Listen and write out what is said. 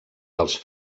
dels